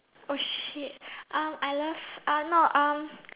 oh shit um I love uh no um